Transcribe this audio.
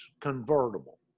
convertible